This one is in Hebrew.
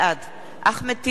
בעד אחמד טיבי,